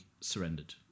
surrendered